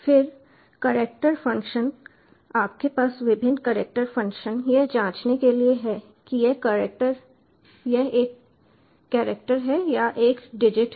फिर character function आपके पास विभिन्न कैरेक्टर फ़ंक्शन यह जांचने के लिए है कि यह एक कैरेक्टर है या एक डिजिट है